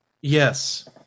Yes